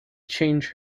change